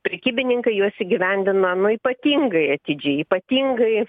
prekybininkai juos įgyvendina nu ypatingai atidžiai ypatingai